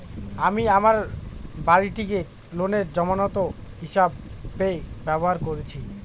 আমি আমার বাড়িটিকে ঋণের জামানত হিসাবে ব্যবহার করেছি